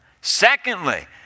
Secondly